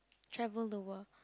travel the world